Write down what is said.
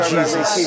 Jesus